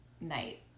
night